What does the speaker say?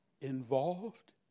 involved